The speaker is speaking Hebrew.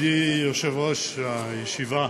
ידידי יושב-ראש הישיבה,